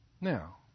Now